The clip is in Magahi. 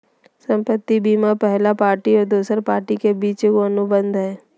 संपत्ति बीमा पहला पार्टी और दोसर पार्टी के बीच एगो अनुबंध हइ